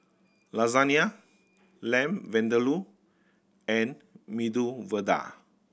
Lasagne Lamb Vindaloo and Medu Vada